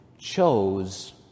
chose